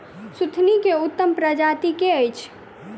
सुथनी केँ उत्तम प्रजाति केँ अछि?